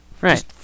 Right